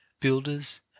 builders